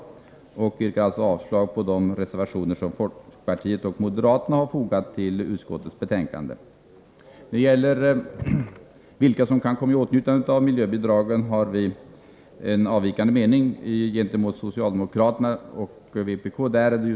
Jag yrkar alltså avslag på de reservationer som folkpartiet och moderaterna har fogat till utskottets betänkande. När det gäller vilka som kan komma i åtnjutande av boendemiljöbidraget har vi en avvikande mening gentemot socialdemokraterna och vpk.